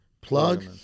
plug